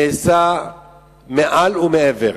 נעשה מעל ומעבר.